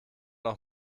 auch